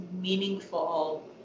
meaningful